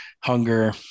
hunger